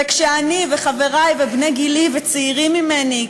וכשאני וחברי ובני גילי וצעירים ממני,